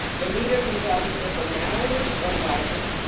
the leader can draw the circle narrowly or widely.